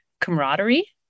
camaraderie